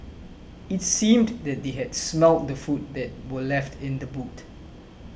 it seemed that they had smelt the food that were left in the boot